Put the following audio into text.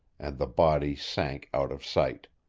and the body sank out of sight.